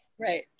Right